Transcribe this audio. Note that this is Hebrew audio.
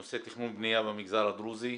בנושא תכנון ובניה במגזר הדרוזי.